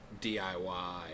DIY